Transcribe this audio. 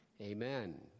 Amen